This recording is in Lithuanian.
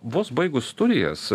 vos baigus studijas